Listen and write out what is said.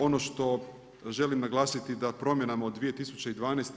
Ono što želim naglasiti da promjenama od 2012.